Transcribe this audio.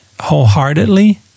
wholeheartedly